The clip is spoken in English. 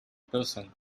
person